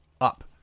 up